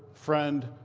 friend,